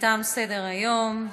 תם סדר-היום.